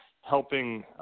helping